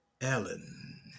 Ellen